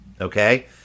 Okay